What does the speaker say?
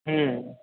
હમ્મ